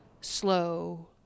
slow